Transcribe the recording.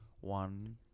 One